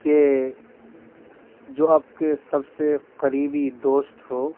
کہ جو اب آپ کے سب سے قریبی دوست ہو